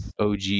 OG